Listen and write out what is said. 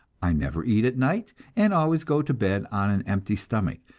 i never eat at night, and always go to bed on an empty stomach,